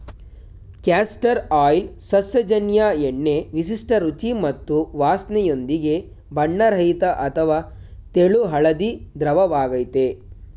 castor oil ಸಸ್ಯಜನ್ಯ ಎಣ್ಣೆ ವಿಶಿಷ್ಟ ರುಚಿ ಮತ್ತು ವಾಸ್ನೆಯೊಂದಿಗೆ ಬಣ್ಣರಹಿತ ಅಥವಾ ತೆಳು ಹಳದಿ ದ್ರವವಾಗಯ್ತೆ